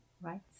right